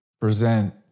present